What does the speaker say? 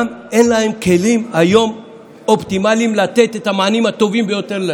גם היום אין להם כלים אופטימליים לתת את המענים הטובים ביותר.